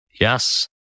yes